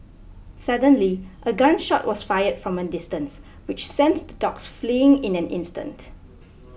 suddenly a gun shot was fired from a distance which sent the dogs fleeing in an instant